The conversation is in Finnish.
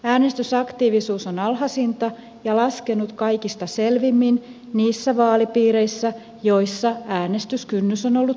äänestysaktiivisuus on alhaisinta ja laskenut kaikista selvimmin niissä vaalipiireissä joissa äänestyskynnys on ollut korkein